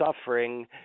suffering